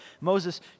Moses